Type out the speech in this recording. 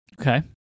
Okay